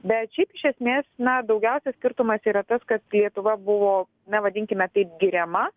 bet šiaip iš esmės na daugiausia skirtumas yra tas kad lietuva buvo na vadinkime taip giriama